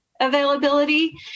Availability